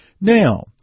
Now